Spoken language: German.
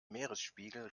meeresspiegel